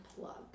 plug